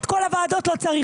את כל הוועדות לא צריך,